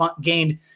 gained